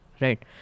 Right